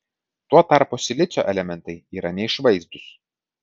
tuo tarpu silicio elementai yra neišvaizdūs